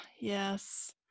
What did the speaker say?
Yes